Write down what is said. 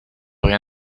rien